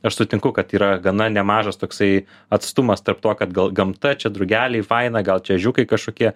aš sutinku kad yra gana nemažas toksai atstumas tarp to kad gal gamta čia drugeliai faina gal čia ežiukai kažkokie